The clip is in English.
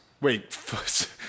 Wait